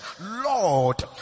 Lord